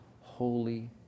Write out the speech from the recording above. holy